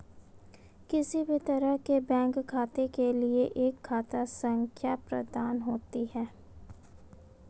किसी भी तरह के बैंक खाते के लिये एक खाता संख्या प्रदत्त होती है